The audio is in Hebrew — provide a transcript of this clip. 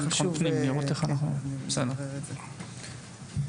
בדיוק, לכן העליתי את זה עכשיו.